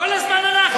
כל הזמן אנחנו,